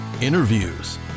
interviews